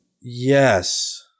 Yes